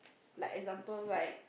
like example like